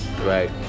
right